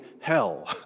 hell